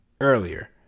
earlier